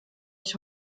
ich